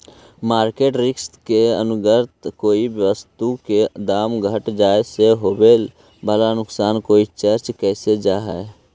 market risk के अंतर्गत कोई वस्तु के दाम घट जाए से होवे वाला नुकसान के चर्चा कैल जा हई